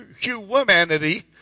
humanity